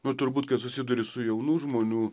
na turbūt kai susiduri su jaunų žmonių